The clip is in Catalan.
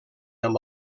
amb